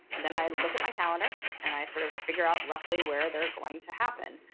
and then i look at my calendar and i sort of figure out roughly where they're going to happen.